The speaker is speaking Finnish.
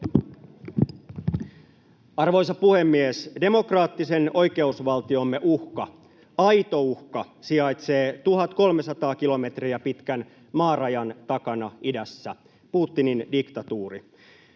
Arvoisa puhemies! Demokraattisen oikeusvaltiomme uhka, aito uhka, sijaitsee 1 300 kilometriä pitkän maarajan takana idässä: Putinin diktatuuri.